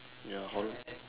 yeah how